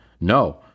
no